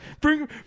Bring